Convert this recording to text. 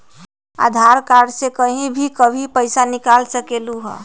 आधार card से कहीं भी कभी पईसा निकाल सकलहु ह?